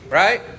right